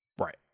Right